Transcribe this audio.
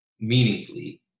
meaningfully